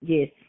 Yes